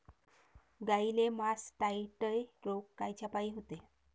गाईले मासटायटय रोग कायच्यापाई होते?